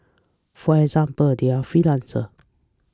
for example they are freelancers